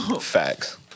Facts